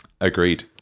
Agreed